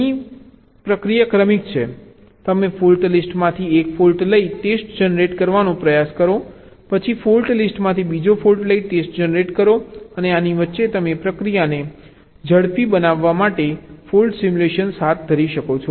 અહીં પ્રક્રિયા ક્રમિક છે તમે ફોલ્ટ લિસ્ટમાંથી એક ફોલ્ટ લઈ ટેસ્ટ જનરેટ કરવાનો પ્રયાસ કરો પછી ફોલ્ટ લિસ્ટમાંથી બીજો ફોલ્ટ્ લઈ ટેસ્ટ જનરેટ કરો અને આની વચ્ચે તમે પ્રક્રિયાને ઝડપી બનાવવા માટે ફોલ્ટ સિમ્યુલેશન હાથ ધરી શકો છો